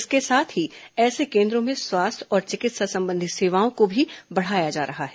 इसके साथ ही ऐसे केन्द्रों में स्वास्थ्य और चिकित्सा संबंधी सेवाओं को भी बढ़ाया जा रहा है